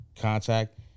contact